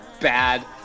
bad